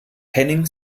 henning